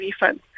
refunds